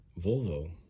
Volvo